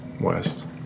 west